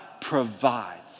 provides